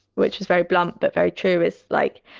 which is very blunt but very true, is like